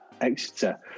Exeter